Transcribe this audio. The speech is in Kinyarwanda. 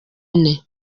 ine